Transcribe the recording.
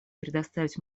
предоставить